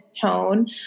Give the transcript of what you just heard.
tone